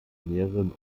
näheren